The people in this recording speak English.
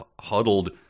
huddled